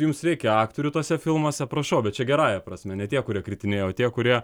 jums reikia aktorių tuose filmuose prašau bet čia gerąja prasme ne tie kurie kritinėja o tie kurie